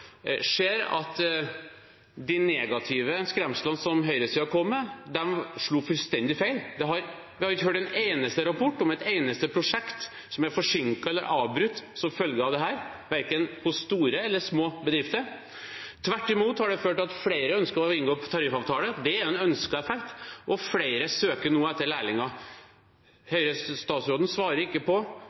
at de negative skremslene som høyresiden kom med, slo fullstendig feil. Vi ikke hørt om en eneste rapport om et eneste prosjekt som er forsinket eller avbrutt som følge av dette, verken i store eller små bedrifter. Tvert imot har det ført til at flere ønsker å inngå tariffavtaler. Det er en ønsket effekt, og flere søker nå etter lærlinger. Høyre-statsråden svarer ikke på